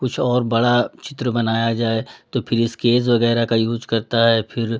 कुछ और बड़ा चित्र बनाया जाए तो फिर स्केच वगैरह का यूज़ करता है फिर